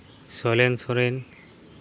Sailen Soren